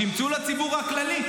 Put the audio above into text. שימצאו לציבור הכללי.